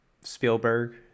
spielberg